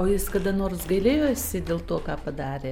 o jis kada nors gailėjosi dėl to ką padarė